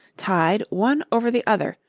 tied one over the other,